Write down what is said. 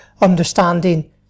understanding